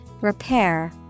repair